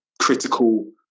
critical